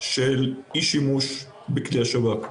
של אי שימוש בכלי השב"כ.